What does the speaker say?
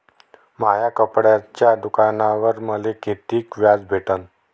माया कपड्याच्या दुकानावर मले कितीक व्याज भेटन?